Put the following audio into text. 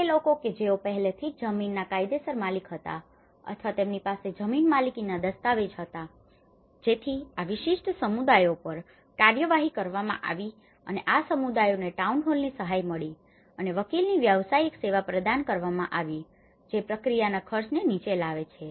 તે લોકો કે જેઓ પહેલાથી જ જમીનના કાયદેસર માલિક હતા અથવા તેમની પાસે જમીન માલિકીના દસ્તાવેજો હતા જેથી આ વિશિષ્ટ સમુદાયો પર કાર્યવાહી કરવામાં આવી અને આ સમુદાયોને ટાઉન હોલની સહાય મળી અને વકીલની વ્યવસાયિક સેવા પ્રદાન કરવામાં આવી હતી જે પ્રક્રિયાના ખર્ચને નીચે લાવે છે